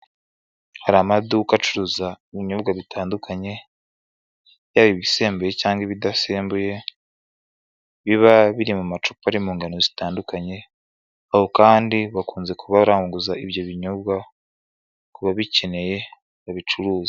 Hari amaduka acuruza ibinyobwa bitandukanye, yaba ibisembuye cyangwa ibidasembuye, biba biri mu macupa ari mu ngeno zitandukanye. Aho kandi bakunze kuba baranguza ibyo binyobwa ku babikeye babicuruza.